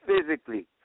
physically